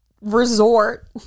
resort